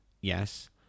yes